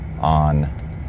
on